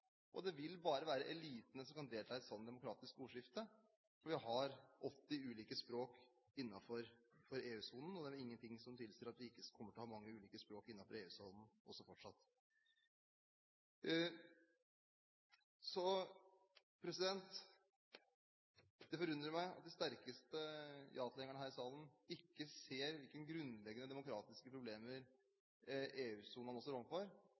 og det vil bare være elitene som kan delta i et slikt demokratisk ordskifte. Vi har 80 ulike språk innenfor EU-sonen, og det er ikke noe som tilsier at vi ikke kommer til å ha mange ulike språk innenfor EU-sonen også i framtiden. Så det forundrer meg at de sterkeste ja-tilhengerne her i salen ikke ser hvilke grunnleggende demokratiske